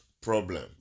problem